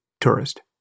tourist